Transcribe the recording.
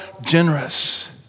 generous